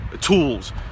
tools